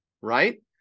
Right